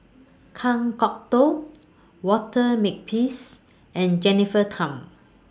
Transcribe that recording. Kan Kwok Toh Walter Makepeace and Jennifer Tham